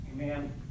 Amen